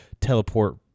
teleport